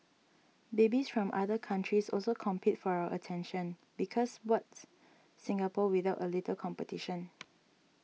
babies from other countries also compete for our attention because what's Singapore without a little competition